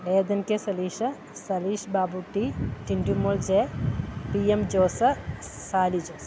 Redan K Salisha Saleesh Babutty Tintumol J P M Jose Sally Jose